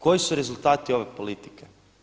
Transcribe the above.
Koji su rezultati ove politike?